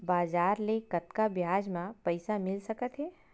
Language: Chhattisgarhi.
बजार ले कतका ब्याज म पईसा मिल सकत हे?